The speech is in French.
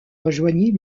rejoignit